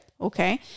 Okay